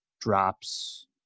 drops